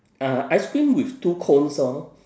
ah ice cream with two cones lor